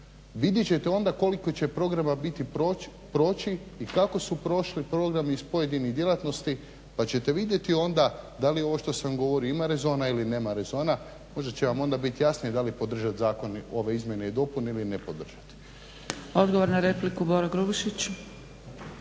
vidjet ćete onda koliko će programa biti, proći i kako su prošli programi iz pojedinih djelatnosti pa ćete vidjeti onda da li ovo što sam govorio ima rezona ili nema rezona. Možda će vam onda biti jasnije da li podržati zakon, ove izmjene i dopune ili ne podržati. **Zgrebec, Dragica